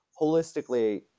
holistically